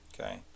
okay